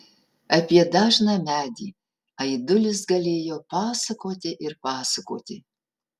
apie dažną medį aidulis galėjo pasakoti ir pasakoti